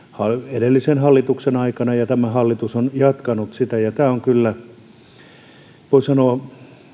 edellisen hallituksen aikana ja tämä hallitus on jatkanut sitä tämä on kyllä voi sanoa